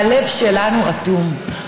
והלב שלנו אטום.